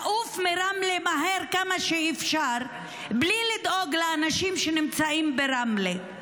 לעוף מרמלה מהר כמה שאפשר בלי לדאוג לאנשים שנמצאים ברמלה.